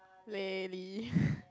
leh lee